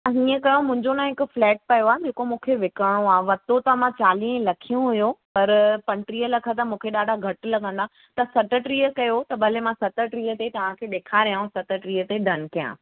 हीअ न मुंहिंजो हिक फ़्लेट पियो आहे जेको मूंखे विकिणणो आहे वरितो त मां चालीहे लखे हुयो पर पंटीह लख त मूंखे ॾाढा घटि लॻंदा त सतटीह कयो त भले मां सतटीह ते तव्हां खे ॾेखारियां सतटीह ते डन कयां